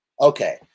Okay